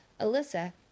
Alyssa